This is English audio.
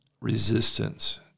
resistance